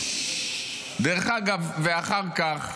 דרך אגב, אחר כך,